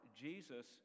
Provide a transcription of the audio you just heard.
Jesus